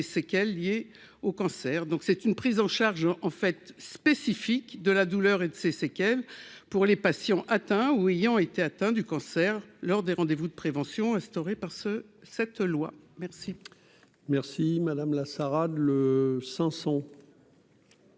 séquelles liées au cancer, donc c'est une prise en charge en fait spécifique de la douleur et de ses séquelles pour les patients atteints ou ayant été atteints du cancer lors des rendez-vous de prévention instaurés par ce cette loi merci. Merci madame la Sarah de le 500.